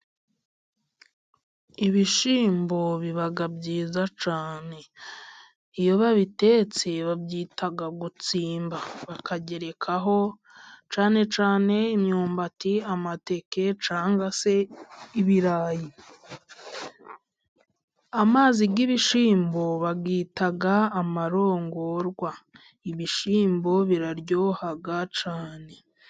Ibishyimbo biba byiza cyane. Iyo babitetse babyita gutsimba, bakagerekaho cyane cyane imyumbati, amateke, cyangwa se ibirayi. Amazi y'ibishimbo bayita amarongorwa. Ibishimbo biraryoha cyane.